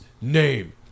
name